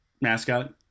mascot